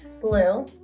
blue